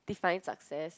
define success